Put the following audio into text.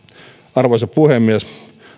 arvoisa puhemies